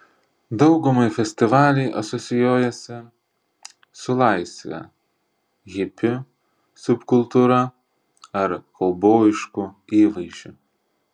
daugumai festivaliai asocijuojasi su laisve hipių subkultūra ar kaubojišku įvaizdžiu